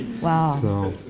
Wow